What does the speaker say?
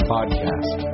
Podcast